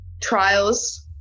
trials